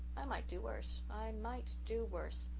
i might do worse i might do worse.